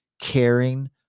caring